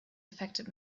affected